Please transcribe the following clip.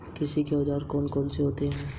कृषि के औजार कौन कौन से होते हैं?